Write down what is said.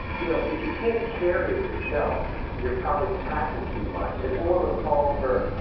you know, if you can't carry it yourself, you're probably packing too much. yeah it's more of a call for,